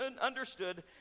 understood